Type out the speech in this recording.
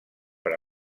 per